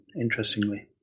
interestingly